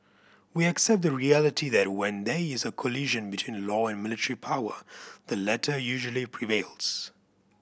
we accept the reality that when there is a collision between law and military power the latter usually prevails